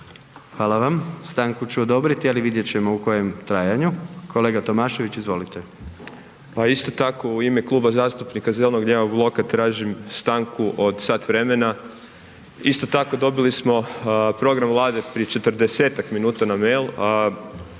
Hvala vam. Stanku ću odobriti, ali vidjet ćemo u kojem trajanju. Kolega Tomašević, izvolite. **Tomašević, Tomislav (Možemo!)** Pa isto tako u ime Kluba zastupnika zeleno-lijevog bloka tražim stanku od sat vremena. Isto tako dobili smo Program Vlade prije 40-tak minuta na mail,